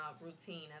routine